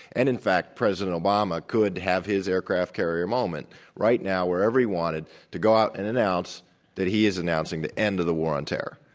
and in fact, president obama could have his aircraft carrier moment right now wherever he wanted, to go out and announce that he is announcing the end of the war on terror.